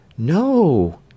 No